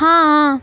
ہاں ہاں